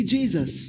Jesus